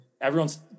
everyone's